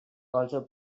also